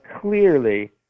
clearly